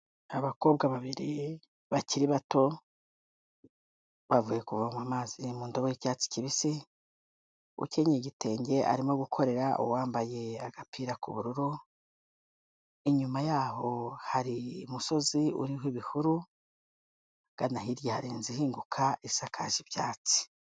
Abakobwa babiri bakiri bato, bavuye kuvoma amazi mu ndobo y'icyatsi kibisi, ukenyeye igitenge arimo gukorera uwambaye agapira k'ubururu, inyuma yaho hari umusozi uriho ibihuru, ahagana hirya hari inzu ihinguka isakaje ibyatsi.